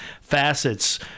facets